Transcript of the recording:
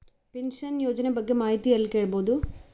Pension ಯೋಜನ ಬಗ್ಗೆ ಮಾಹಿತಿ ಎಲ್ಲ ಕೇಳಬಹುದು?